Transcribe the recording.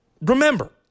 remember